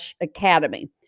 academy